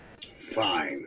fine